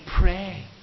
pray